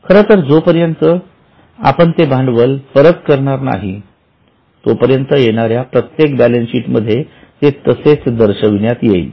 खरं तरजोपर्यंत आपणते भांडवल परत करणार नाही तोपर्यंत येणाऱ्या प्रत्येक बॅलन्स शीट मध्ये ते तसेच दर्शविण्यात येईल